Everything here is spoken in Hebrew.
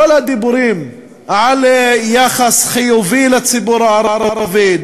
כל הדיבורים על יחס חיובי לציבור הערבי,